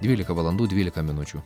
dvylika valandų dvylika minučių